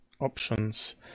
options